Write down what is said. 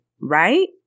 right